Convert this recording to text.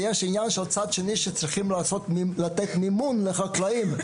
ויש את הצד השני שצריך לתת מימון לחקלאים,